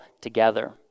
together